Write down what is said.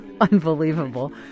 unbelievable